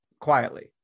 quietly